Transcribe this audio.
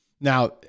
Now